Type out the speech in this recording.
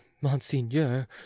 monseigneur